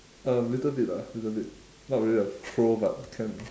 um little bit lah little bit not really a throw but can